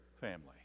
family